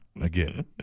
Again